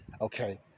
Okay